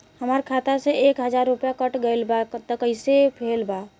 हमार खाता से एक हजार रुपया कट गेल बा त कइसे भेल बा?